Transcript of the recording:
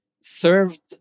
served